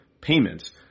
payments